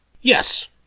Yes